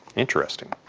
interesting.